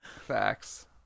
Facts